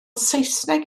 saesneg